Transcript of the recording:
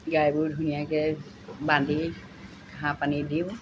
গাইবোৰ ধুনীয়াকৈ বান্ধি ঘাঁহ পানী দিওঁ